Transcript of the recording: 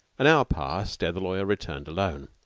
an hour passed ere the lawyer returned alone.